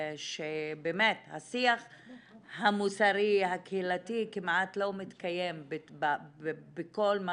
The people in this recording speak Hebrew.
שבאמת השיח המוסרי הקהילתי כמעט לא מתקיים בכל מה